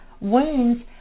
wounds